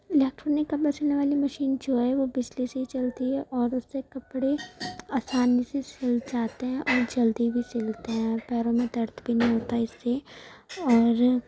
electronic کپڑے سلنے والی مشین جو ہے وہ بجلی سے ہی چلتی ہے اور اس سے کپڑے آسانی سے سل جاتے ہیں اور جلدی بھی سلتے ہیں پیروں میں درد بھی نہیں ہوتا اس سے اور